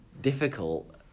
difficult